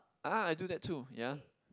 ah I do that too ya